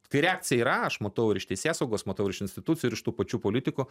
kai reakcija yra aš matau ir iš teisėsaugos matau ir iš institucijų ir iš tų pačių politikų